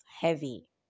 heavy